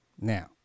Now